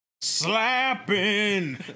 slapping